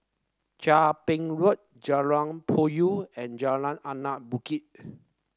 Chia Ping Road Jalan Puyoh and Jalan Anak Bukit